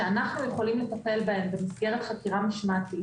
שאנחנו יכולים לטפל בהם במסגרת חקירה משמעתית,